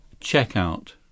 Checkout